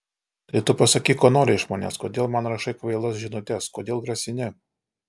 tai tu pasakyk ko nori iš manęs kodėl man rašai kvailas žinutes kodėl grasini